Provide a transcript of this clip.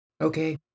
Okay